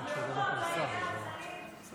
את יכולה לדבר מה שאת